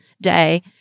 day